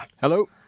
Hello